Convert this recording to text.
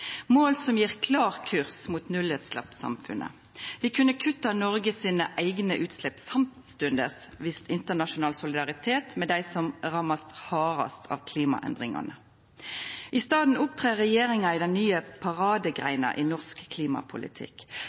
mål som gjev klar kurs mot nullutsleppssamfunnet. Vi kunne kutta Noregs eigne utslepp samstundes og vist internasjonal solidaritet med dei som blir ramma hardast av klimaendringane. I staden opptrer regjeringa i den nye paradegreina i norsk klimapolitikk